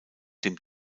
dem